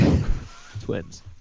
Twins